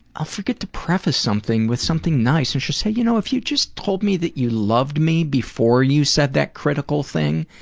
i'll forget to preface something with something nice. and she'll say, you know if you just told me that you loved me before you said that critical thing,